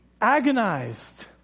agonized